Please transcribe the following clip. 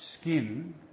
skin